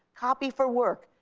copy for work,